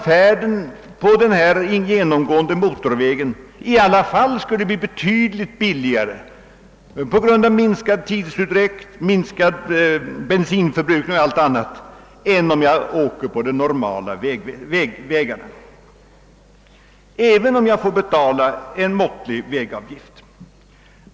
Färden på denna genom gående motorväg skulle i alla fall bli betydligt billigare på grund av minskad tidsutdräkt, minskad bensinförbrukning o.s.v. än om man använder de andra vägar som finns, även om man får betala en måttlig vägavgift.